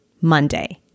Monday